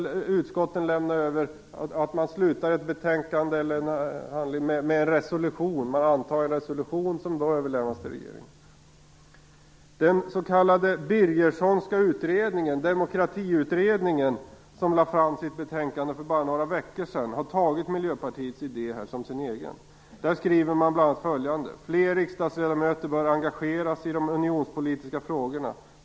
Utskotten kan t.ex. sluta ett betänkande med en resolution, som då överlämnas till regeringen. Den s.k. Birgerssonska utredningen, demokratiutredningen, som lade fram sitt betänkande för bara några veckor sedan, har tagit Miljöpartiets idé som sin egen. Man skriver bl.a. så här: Fler riksdagsledamöter bör engageras i de unionspolitiska frågorna.